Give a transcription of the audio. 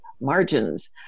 margins